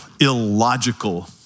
illogical